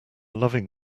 loving